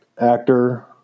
actor